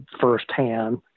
firsthand